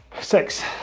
Six